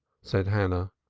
said hannah,